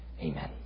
Amen